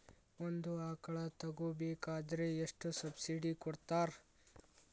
ಒಂದು ಆಕಳ ತಗೋಬೇಕಾದ್ರೆ ಎಷ್ಟು ಸಬ್ಸಿಡಿ ಕೊಡ್ತಾರ್?